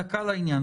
דקה לעניין.